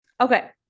Okay